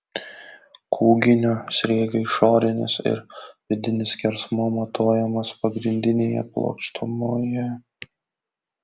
kūginio sriegio išorinis ir vidinis skersmuo matuojamas pagrindinėje plokštumoje